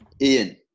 ian